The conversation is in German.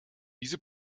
diese